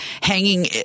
hanging